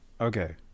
Okay